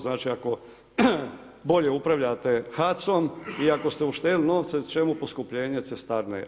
Znači ako bolje upravljate HAC-om i ako ste uštedili novce čemu poskupljenje cestarine.